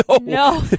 no